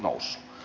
toisinpäin